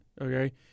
Okay